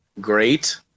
great